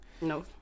no